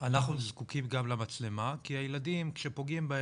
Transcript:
אנחנו זקוקים גם למצלמה כי הילדים,